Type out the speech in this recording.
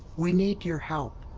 we need your help.